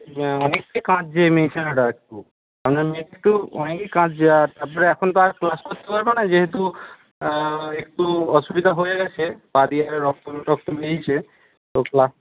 অনেকটা কাঁদছে মেয়েছানাটা একটু আপনার মেয়ে একটু অনেকই কাঁদছে আর আপনার এখন তো আর ক্লাস করতে পারবে না যেহেতু একটু অসুবিধা হয়ে গেছে পা দিয়ে রক্ত টক্ত বেরিয়েছে তো ক্লাস